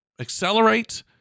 accelerate